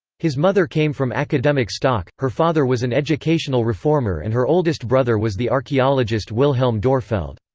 his mother came from academic stock her father was an educational reformer and her oldest brother was the archaeologist wilhelm dorpfeld.